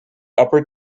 upper